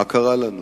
מה קרה לנו?